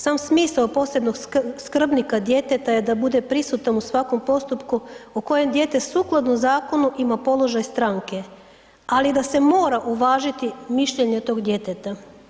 Sam smisao posebnog skrbnika djeteta je da bude prisutan u svakom postupku u kojem dijete sukladno zakonu ima položaj stranke, ali da se mora uvažiti mišljenje tog djeteta.